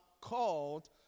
called